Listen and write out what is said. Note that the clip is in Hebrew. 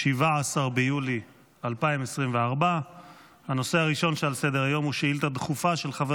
17 ביולי 2024. הנושא הראשון שעל סדר-היום הוא שאילתה דחופה של חבר